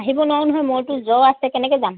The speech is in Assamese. আহিব নোৱাৰো নহয় মইতো জ্বৰ আছে কেনেকে যাম